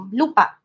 lupa